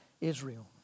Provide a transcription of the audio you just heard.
Israel